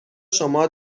شما